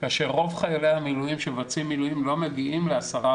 כאשר רוב חיילי המילואים שמבצעים מילואים לא מגיעים ל-10%.